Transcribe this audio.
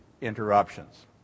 interruptions